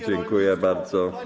Dziękuję bardzo.